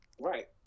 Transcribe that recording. right